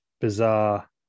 bizarre